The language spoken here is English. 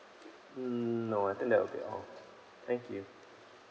mm no I think that would be all thank you